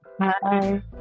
Hi